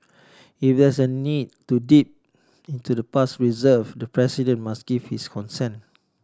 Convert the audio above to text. even is a need to dip into the past reserve the president must give his consent